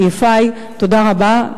תודה רבה.